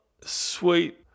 sweet